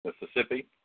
Mississippi